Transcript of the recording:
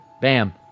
Bam